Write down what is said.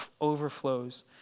overflows